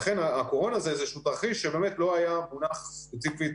הקורונה זה איזשהו תרחיש שבאמת לא היה מונח ספציפית